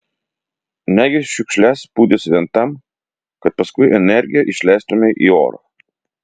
negi šiukšles pūdys vien tam kad paskui energiją išleistumei į orą